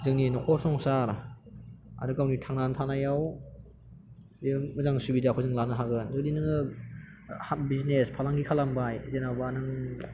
जोंनि न'खर संसार आरो गावनि थांनानै थानायाव मोजां सुबिदाखौ जं लानो हागोन जुदि नोङो बिजिनेस फालांगि खालामबाय जेनेबा नों